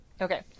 Okay